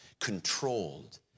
controlled